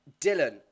Dylan